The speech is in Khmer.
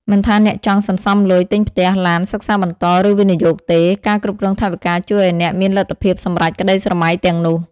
មិនថាអ្នកចង់សន្សំលុយទិញផ្ទះ ឡាន សិក្សាបន្ត ឬវិនិយោគទេ ការគ្រប់គ្រងថវិកាជួយឱ្យអ្នកមានលទ្ធភាពសម្រេចក្តីស្រមៃទាំងនោះ។